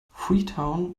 freetown